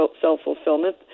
self-fulfillment